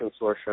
Consortium